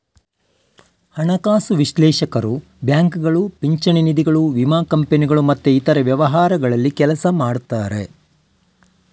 ಹಣಕಾಸು ವಿಶ್ಲೇಷಕರು ಬ್ಯಾಂಕುಗಳು, ಪಿಂಚಣಿ ನಿಧಿಗಳು, ವಿಮಾ ಕಂಪನಿಗಳು ಮತ್ತೆ ಇತರ ವ್ಯವಹಾರಗಳಲ್ಲಿ ಕೆಲಸ ಮಾಡ್ತಾರೆ